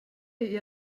ihr